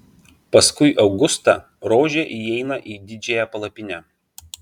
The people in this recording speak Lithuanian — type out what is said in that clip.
paskui augustą rožė įeina į didžiąją palapinę